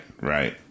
Right